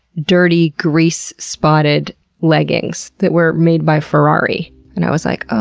dirty grease-spotted leggings that were made by ferrari and i was like, uhhh,